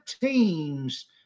teams